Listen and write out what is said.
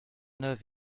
neuve